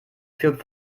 führt